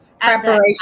Preparation